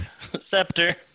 scepter